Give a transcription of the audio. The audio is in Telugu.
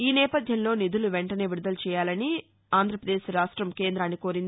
ఈ నేపథ్యంలో నిధులు వెంటనే విడుదల చేయాలని రాష్టం కేంద్రాన్ని కోరింది